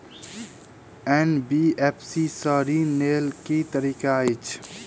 NBFC सँ ऋण लय केँ की तरीका अछि?